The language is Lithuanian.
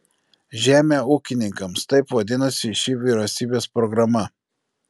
žemę ūkininkams taip vadinosi ši vyriausybės programa